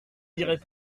dirait